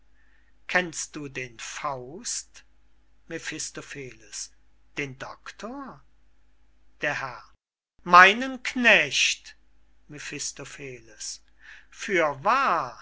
kennst du den faust mephistopheles den doctor der herr meinen knecht mephistopheles fürwahr